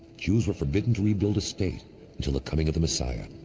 jews were forbidden to rebuild a state until the coming of the messiah.